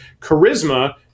charisma